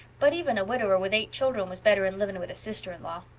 but even a widower with eight children was better'n living with a sister-in-law.